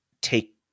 take